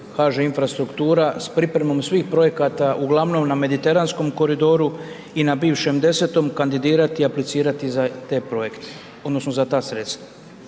HŽ Infrastruktura s pripremom svih projekata uglavnom na mediteranskom koridoru i na bivšem 10. kandidirati i aplicirati za te projekte odnosno za ta sredstva.